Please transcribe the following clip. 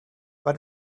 but